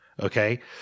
Okay